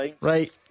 Right